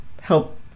help